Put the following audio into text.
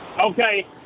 Okay